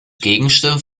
gegenstimmen